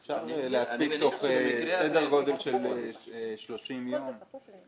אפשר להספיק בסדר גודל של 30 יום.